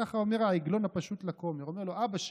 כך אומר העגלון הפשוט לכומר, אומר לו: אבא שלי,